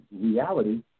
reality